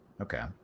okay